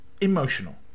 emotional